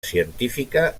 científica